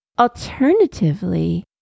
Alternatively